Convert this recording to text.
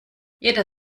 jeder